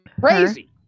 crazy